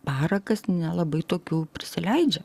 parakas nelabai tokių prisileidžia